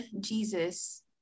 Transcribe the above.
jesus